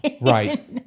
Right